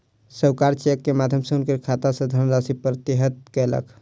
साहूकार चेक के माध्यम सॅ हुनकर खाता सॅ धनराशि प्रत्याहृत कयलक